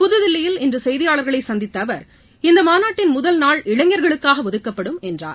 புதுதில்லியில் இன்று செய்தியாளர்களை சந்தித்த அவர் இந்த மாநாட்டின் முதல் நாள் இளைஞர்களுக்காக ஒதுக்கப்படும் என்றார்